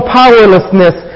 powerlessness